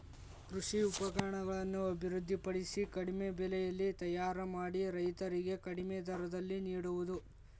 ಕೃಷಿ ಉಪಕರಣಗಳನ್ನು ಅಭಿವೃದ್ಧಿ ಪಡಿಸಿ ಕಡಿಮೆ ಬೆಲೆಯಲ್ಲಿ ತಯಾರ ಮಾಡಿ ರೈತರಿಗೆ ಕಡಿಮೆ ದರದಲ್ಲಿ ನಿಡುವುದು